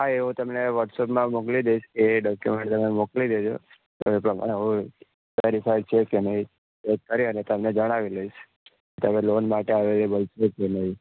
હા એવું તમને વ્હોટ્સઅપમાં મોકલી દઈશ કે એ ડોક્યુમેન્ટ તમે મોકલી દેજો તો એ પ્રમાણે હોય વેરીફાય છે કે નહીં ચેક કરી અને તમને જણાવી લઈશ તમે લોન માટે અવેલેબલ છો કે નહીં